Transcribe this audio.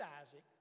Isaac